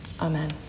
Amen